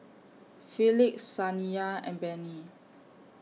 Felix Saniya and Benny